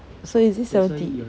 so is it seventy